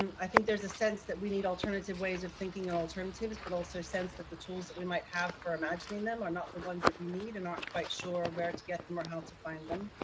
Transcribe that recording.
i think there's a sense that we need alternative ways of thinking and alternatives, but also sense that the tools that we might have for imagining them are not the ones that we need a not quite sure where to get them or how to find them.